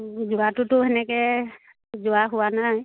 যোৱাটোতো তেনেকৈ যোৱা হোৱা নাই